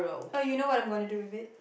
oh you know what I'm gonna do with it